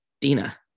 Dina